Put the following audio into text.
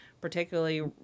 particularly